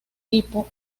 tipo